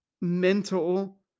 mental